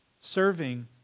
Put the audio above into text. Serving